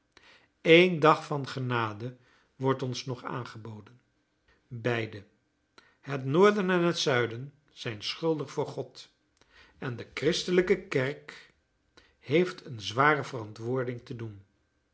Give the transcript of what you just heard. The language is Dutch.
eén dag van genade wordt ons nog aangeboden beide het noorden en het zuiden zijn schuldig voor god en de christelijke kerk heeft een zware verantwoording te doen